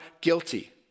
guilty